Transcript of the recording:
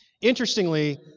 Interestingly